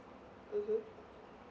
mmhmm